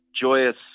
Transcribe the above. joyous